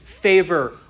favor